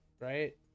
right